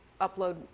upload